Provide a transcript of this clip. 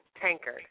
Tankard